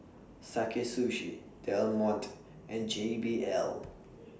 Sakae Sushi Del Monte and J B L